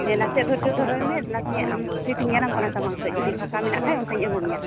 ᱦᱮᱸ ᱱᱟᱥᱮᱭᱟᱜ ᱫᱷᱚᱨᱡᱚ ᱫᱷᱚᱨᱚᱭ ᱢᱮ ᱱᱟᱥᱮᱭᱟᱜ ᱟᱢ ᱥᱤᱴᱤᱧ ᱧᱮᱞᱟᱢ ᱠᱟᱱᱟ ᱥᱟᱢᱟᱝ ᱥᱮᱫ ᱡᱩᱫᱤ ᱯᱷᱟᱸᱠᱟ ᱢᱮᱱᱟᱜ ᱠᱷᱟᱱ ᱚᱱᱛᱮᱧ ᱟᱹᱜᱩ ᱢᱮᱭᱟ